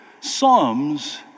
Psalms